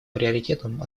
приоритетом